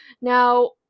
Now